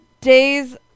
Days